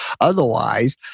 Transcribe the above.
Otherwise